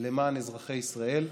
למען אזרחי ישראל,